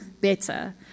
better